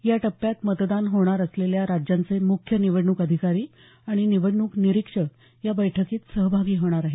या टप्प्यात मतदान होणार असलेल्या राज्यांचे मुख्य निवडणूक अधिकारी आणि निवडणूक निरीक्षक या बैठकीत सहभागी होणार आहेत